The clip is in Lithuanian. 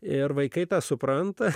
ir vaikai tą supranta